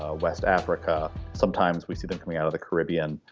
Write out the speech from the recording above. ah west africa. sometimes we see them coming out of the caribbean.